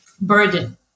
burden